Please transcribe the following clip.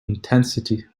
intensity